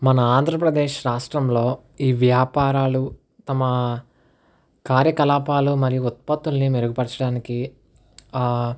మన ఆంధ్రప్రదేశ్ రాష్ట్రంలో ఈ వ్యాపారాలు తమ కార్యకలాపాలు మరియు ఉత్పత్తులను మెరుగుపరచడానికి